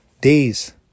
days